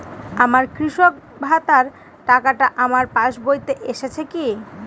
আমার কৃষক ভাতার টাকাটা আমার পাসবইতে এসেছে কি?